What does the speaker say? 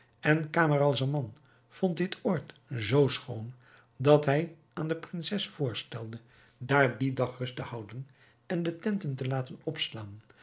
en camaralzaman vond dit oord zoo schoon dat hij aan de prinses voorstelde daar dien dag rust te houden en de tenten te laten opslaan